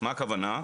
מה הכוונה?